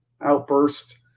outburst